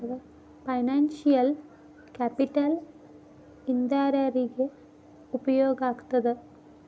Financial capital ಇಂದಾ ಯಾರ್ಯಾರಿಗೆ ಉಪಯೊಗಾಗ್ತದ?